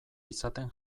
izaten